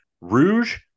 Rouge